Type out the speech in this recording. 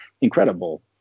incredible